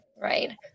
right